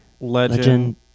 legend